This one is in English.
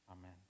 Amen